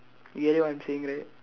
you know what I'm saying right